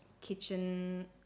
kitchen